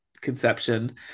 conception